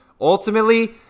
Ultimately